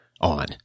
on